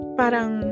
parang